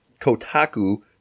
Kotaku